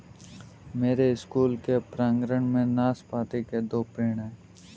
मेरे स्कूल के प्रांगण में नाशपाती के दो पेड़ हैं